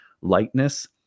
lightness